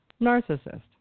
narcissist